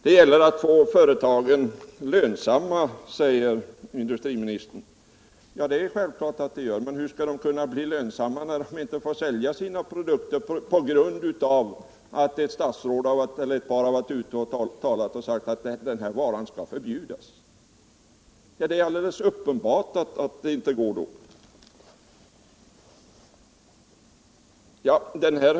Det gäller att få företagen lönsamma, säger industriministern. Ja, det är självklart. Men hur skall de kunna bli lönsamma när de inte får sälja sina produkter på grund av att ett par statsråd varit ute och talat och sagt att produkten i fråga skall förbjudas? Det är alldeles uppenbart att den då inte går att sälja.